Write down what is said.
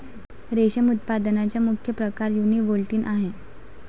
रेशम उत्पादनाचा मुख्य प्रकार युनिबोल्टिन आहे